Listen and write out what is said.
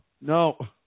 no